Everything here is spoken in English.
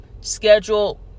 schedule